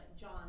John